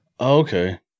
Okay